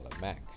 mac